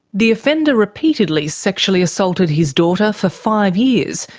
the offender repeatedly sexually assaulted his daughter for five years,